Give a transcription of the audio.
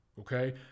okay